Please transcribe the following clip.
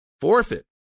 forfeit